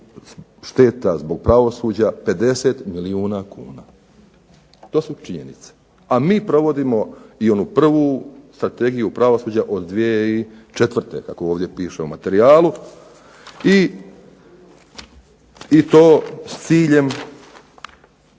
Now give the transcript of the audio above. šteta zbog pravosuđa 50 milijuna kuna. To su činjenice, a mi provodimo i onu prvu strategiju pravosuđa od 2004. kako ovdje piše u materijalu. I to s ciljem